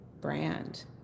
brand